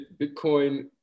bitcoin